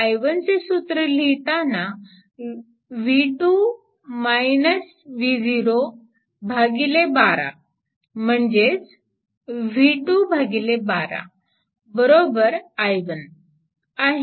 i1 चे सूत्र लिहिताना 12 म्हणजेच V212 i1 आहे